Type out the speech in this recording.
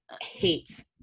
hate